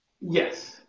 Yes